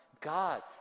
God